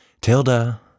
Tilda